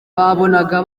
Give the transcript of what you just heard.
babonaga